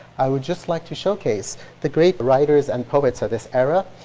i would just like to showcase the great writers and poets of this era.